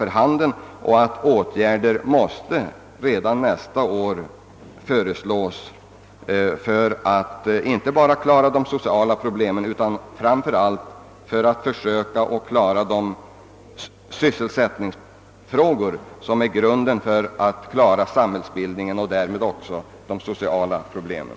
Det är nödvändigt att redan nästa års riksdag föreläggs förslag till åtgärder beträffande inte bara de sociala problemen utan framför allt sysselsättningsproblemen. En lösning av sysselsättningsfrågorna är en förutsättning för att klara samhällsbildningen och därmed också de sociala problemen.